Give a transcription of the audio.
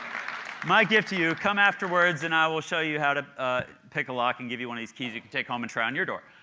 my gift to you, come afterwards and i will show you how to pick a lock and give you one of these keys you can take home and try it on your door.